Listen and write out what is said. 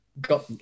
Got